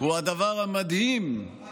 והוא הדבר המדהים, מה